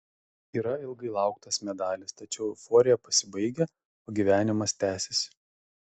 yra ilgai lauktas medalis tačiau euforija pasibaigia o gyvenimas tęsiasi